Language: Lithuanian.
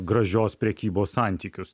gražios prekybos santykius